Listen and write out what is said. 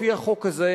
לפי החוק הזה,